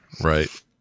Right